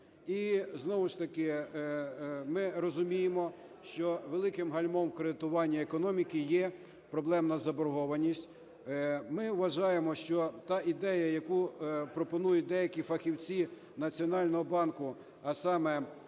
І знову ж таки ми розуміємо, що великим гальмом в кредитуванні економіки є проблемна заборгованість. Ми вважаємо, що та ідея, яку пропонують деякі фахівці Національного банку, а саме